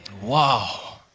wow